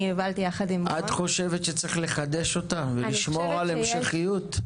אני הובלתי יחד עם --- את חושבת שצריך לחדש אותה ולשמור על המשכיות?